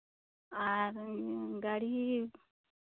ᱟᱨ ᱜᱟᱹᱲᱤ